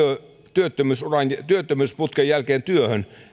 työttömyysputken työttömyysputken jälkeen työhön